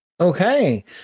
Okay